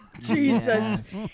jesus